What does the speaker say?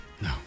no